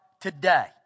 today